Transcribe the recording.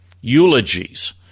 eulogies